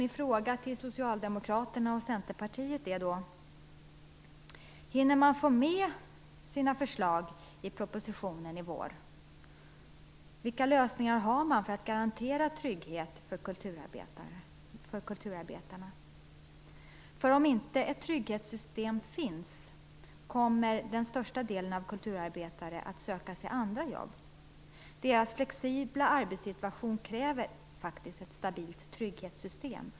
Min fråga till socialdemokraterna och Centerpartiet är då: Hinner man få med sina förslag i propositionen i vår? Vilka lösningar har man för att garantera trygghet för kulturarbetarna? Om inte ett trygghetssystem finns kommer största delen av kulturarbetarna att söka sig andra jobb. Deras flexibla arbetssituation kräver faktiskt ett stabilt trygghetssystem.